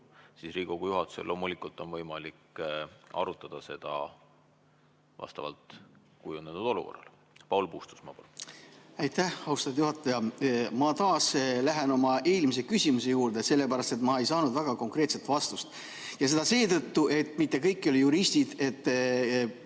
siis Riigikogu juhatusel on loomulikult võimalik arutada seda vastavalt kujunenud olukorrale. Paul Puustusmaa, palun! Aitäh, austatud juhataja! Ma taas lähen oma eelmise küsimuse juurde – sellepärast et ma ei saanud väga konkreetset vastust –, seda seetõttu, et mitte kõik ei ole juristid,